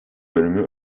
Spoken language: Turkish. bölümü